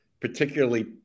particularly